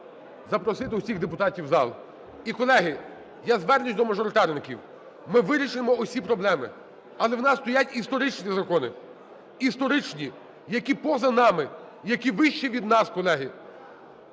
запросити усіх депутатів в зал. І, колеги, я звернусь до мажоритарників. Ми вирішимо усі проблеми, але в нас стоять історичні закони, історичні, які поза нами, які вище від нас, колеги.